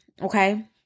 okay